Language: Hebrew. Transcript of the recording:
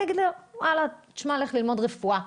אני אגיד לו ללכת ללמוד רפואה.